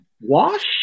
Wash